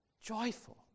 joyful